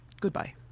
Goodbye